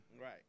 Right